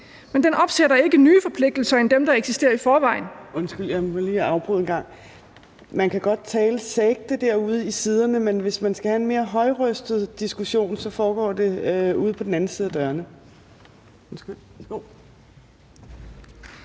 dem, der eksisterer i forvejen. Kl. 14:43 Fjerde næstformand (Trine Torp): Undskyld, jeg må lige afbryde en gang. Man kan godt tale sagte derude i sidegangen, men hvis man skal have en mere højrøstet diskussion, foregår det ude på den anden side af dørene. Kl.